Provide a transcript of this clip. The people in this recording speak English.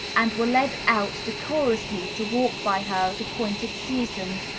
and were led out decorously to walk by her at appointed seasons,